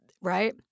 right